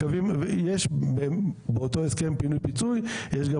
אז יש באותו הסכם פינוי פיצוי יש גם